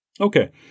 Okay